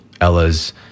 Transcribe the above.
Ella's